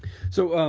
so,